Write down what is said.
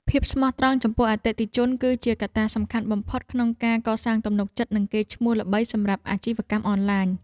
ភាពស្មោះត្រង់ចំពោះអតិថិជន គឺជាកត្តាសំខាន់បំផុតក្នុងការកសាងទំនុកចិត្តនិងកេរ្តិ៍ឈ្មោះល្បីសម្រាប់អាជីវកម្មអនឡាញ។